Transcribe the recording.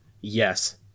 Yes